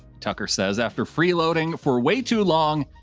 tucker says after freeloading, for way too long,